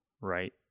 right